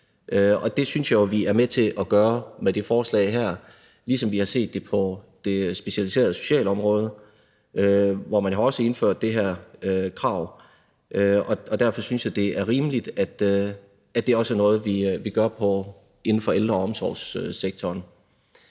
det synes jeg jo, vi er med til at sikre med det forslag her, ligesom vi har set det på det specialiserede socialområde, hvor man jo også har indført det her krav. Derfor synes jeg, at det er rimeligt, at det også er noget, vi gør inden for ældre- og omsorgssektoren.